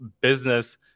business